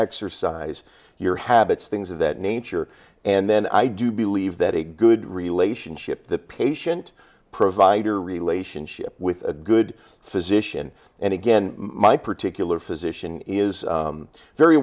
exercise your habits things of that nature and then i do believe that a good relationship the patient provider relationship with a good physician and again my particular physician is very